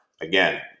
Again